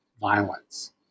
violence